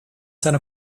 seiner